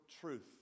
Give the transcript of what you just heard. truth